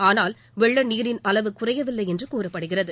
ஆனால் வெள்ள நீரின் அளவு குறையவில்லை என்று கூறப்படுகிறது